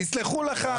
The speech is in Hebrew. יסלחו לך.